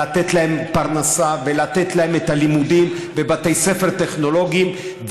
לתת להם פרנסה ולתת להם את הלימודים בבתי הספר הטכנולוגיים,